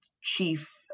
chief